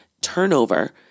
turnover